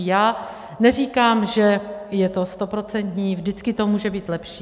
Já neříkám, že je to stoprocentní, vždycky to může být lepší.